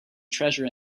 treasure